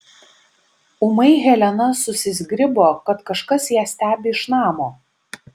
ūmai helena susizgribo kad kažkas ją stebi iš namo